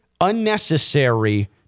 unnecessary